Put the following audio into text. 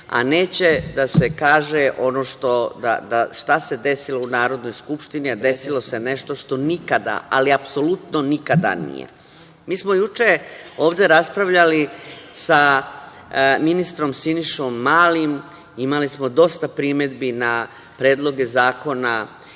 a neće da se kaže ono šta se desilo u Narodnoj skupštini, a desilo se nešto što nikada, ali apsolutno nikada nije. Mi smo juče ovde raspravljali sa ministrom Sinišom Malim, imali smo dosta primedbi na predloge zakona,